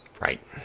Right